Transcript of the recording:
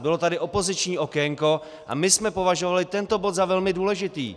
Bylo tady opoziční okénko a my jsme považovali tento bod za velmi důležitý.